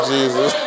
Jesus